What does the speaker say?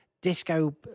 disco